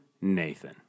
Nathan